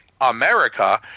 America